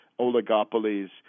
oligopolies